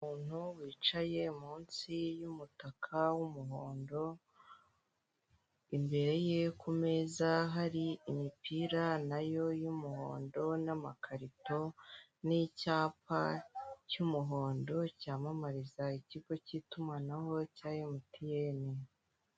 Umuntu wicaye munsi y’umutaka w’umuhondo. Imbere ye kumeza hari imipira nayo y’ umuhondo na makarito. Nicyapa cy’umuhondo cyamamariza ikigo cy’itumanaho cya Emutiyene.